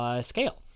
scale